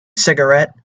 cigarette